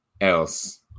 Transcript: else